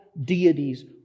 deities